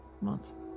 months